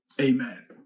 Amen